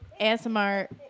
ASMR